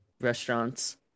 restaurants